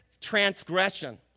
transgression